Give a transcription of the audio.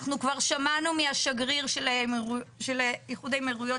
אנחנו כבר שמענו מהשגריר של איחוד האמירויות,